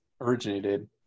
originated